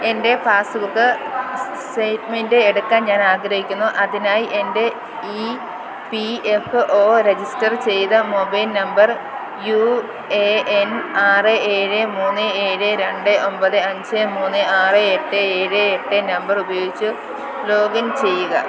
എൻ്റെ passbook statement എടുക്കാൻ ഞാൻ ആഗ്രഹിക്കുന്നു അതിനായി എൻ്റെ E P F O register ചെയ്ത mobile number U A N ആറ് ഏഴ് മൂന്ന് ഏഴ് രണ്ട് ഒമ്പത് അഞ്ച് മൂന്ന് ആറ് എട്ട് ഏഴ് എട്ട് നമ്പർ ഉപയോഗിച്ച് ലോഗിൻ ചെയ്യുക